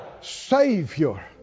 Savior